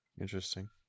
interesting